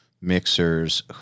mixers